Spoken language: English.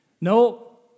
No